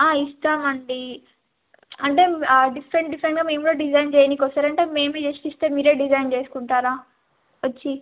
ఇస్తామండి అంటే డిఫరెంట్ డిఫరెంట్గా మేము కూడా డిజైన్ చేయడానికి వస్తారంటే మేమ జస్ట్ ఇస్తే మీరే డిజైన్ చేసుకుంటారా వచ్చి